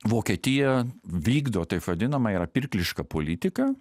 vokietija vykdo taip vadinamą yra pirklišką politiką